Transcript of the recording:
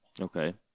Okay